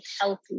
healthy